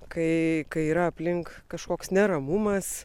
kai kai yra aplink kažkoks neramumas